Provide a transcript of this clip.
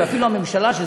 ואפילו הממשלה,